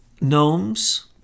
gnomes